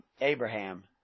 Abraham